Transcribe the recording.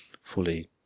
fully